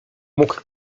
mógł